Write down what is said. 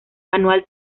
anual